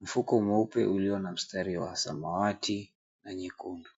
mfuko mweupe uliyo na mstari wa samawati na nyekundu.